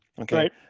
Okay